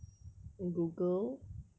google